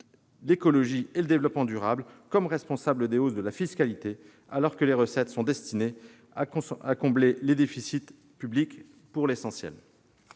l'écologie et le développement durable comme responsables des hausses de la fiscalité, alors que les recettes sont destinées, pour l'essentiel,